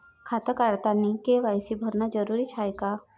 खातं काढतानी के.वाय.सी भरनं जरुरीच हाय का?